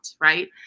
right